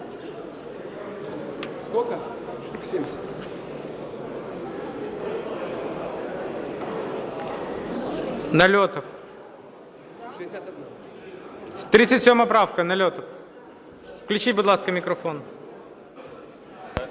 Нальотов. 37 правка, Нальотов. Включіть, будь ласка, мікрофон.